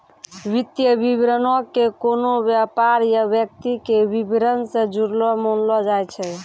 वित्तीय विवरणो के कोनो व्यापार या व्यक्ति के विबरण से जुड़लो मानलो जाय छै